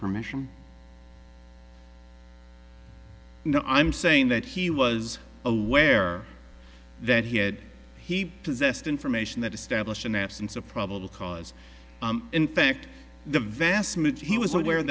permission no i'm saying that he was aware that he had he possessed information that established an absence of probable cause in fact the vast moved he was awar